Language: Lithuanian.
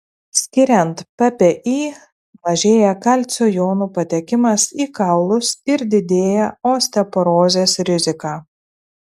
skiriant ppi mažėja kalcio jonų patekimas į kaulus ir didėja osteoporozės rizika